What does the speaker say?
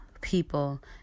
people